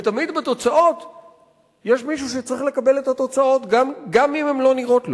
ותמיד יש מישהו שצריך לקבל את התוצאות גם אם הן לא נראות לו,